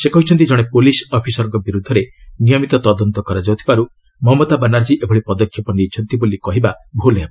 ସେ କହିଛନ୍ତି ଜଣେ ପୁଲିସ ଅଫିସରଙ୍କ ବିରୁଦ୍ଧରେ ନିୟମିତ ତଦନ୍ତ କରାଯାଉଥିବାରୁ ମମତା ବାନାର୍ଜୀ ଏଭଳି ପଦକ୍ଷେପ ନେଇଛନ୍ତି ବୋଲି କହିବା ଭୁଲ୍ ହେବ